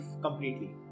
completely